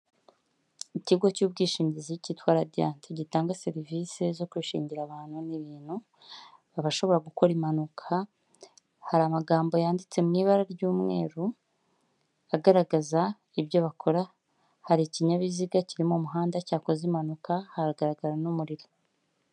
Ikigo cy'ubwishingizi cyitwa radiyanti, gitanga serivisi zo kwishingira abantu n'ibintu, abashobora gukora impanuka, hari amagambo yanditse mu ibara ry'umweru, agaragaza ibyo bakora, hari ikinyabiziga kiri mu muhanda cyakoze impanuka, haragaragara n'umuriro.